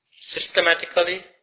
systematically